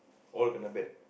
all kena ban